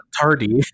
Tardy